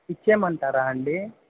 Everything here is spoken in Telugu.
ఇచ్చేయమంటారా అండి